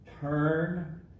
turn